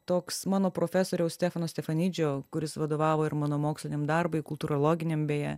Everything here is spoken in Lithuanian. toks mano profesoriaus stefano stefanidžio kuris vadovavo ir mano moksliniam darbui kultūrologiniam beje